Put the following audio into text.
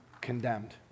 condemned